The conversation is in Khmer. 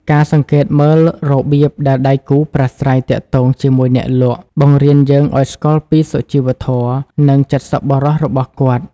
ការសង្កេតមើលរបៀបដែលដៃគូប្រាស្រ័យទាក់ទងជាមួយអ្នកលក់ បង្រៀនយើងឱ្យស្គាល់ពីសុជីវធម៌ និងចិត្តសប្បុរសរបស់គេ។